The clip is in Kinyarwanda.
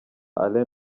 alain